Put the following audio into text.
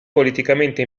politicamente